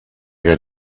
got